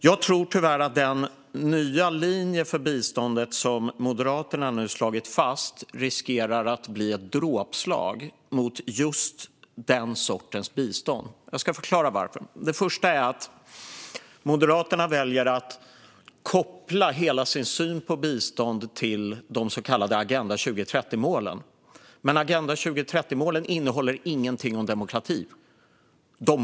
Jag tror att den nya linje för bistånd som Moderaterna har slagit fast riskerar att bli ett dråpslag mot just den sortens bistånd, och jag ska förklara varför. För det första väljer Moderaterna att koppla hela sin syn på bistånd till de så kallade Agenda 2030-målen. Men dessa mål innehåller inget om demokrati.